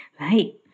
Right